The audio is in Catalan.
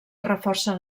reforcen